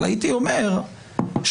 אבל הייתי אומר שלמשל,